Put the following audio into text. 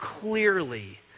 clearly